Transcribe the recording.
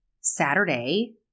Saturday